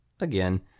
again